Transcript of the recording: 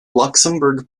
luxembourg